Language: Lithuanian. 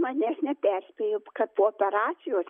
manęs neperspėjo kad po operacijos